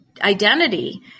identity